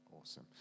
Awesome